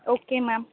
okay ma'am